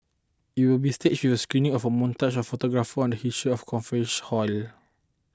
it will be staged with a screening of a montage of photographs on the history of conference hall